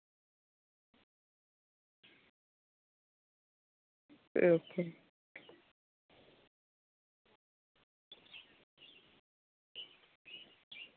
ᱟᱪᱪᱷᱟ